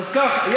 אז ככה.